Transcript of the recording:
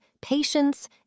patience